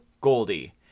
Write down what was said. Goldie